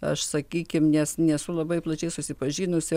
aš sakykim nes nesu labai plačiai susipažinusi